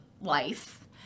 life